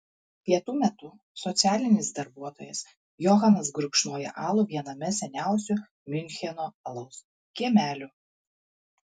pietų metu socialinis darbuotojas johanas gurkšnoja alų viename seniausių miuncheno alaus kiemelių